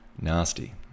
nasty